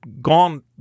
gone